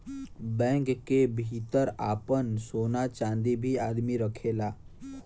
bank क भितर आपन सोना चांदी भी आदमी रखेला